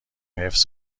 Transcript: حفظ